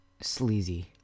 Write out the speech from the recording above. sleazy